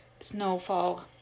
snowfall